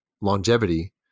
longevity